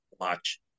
watch